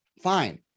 Fine